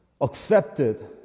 accepted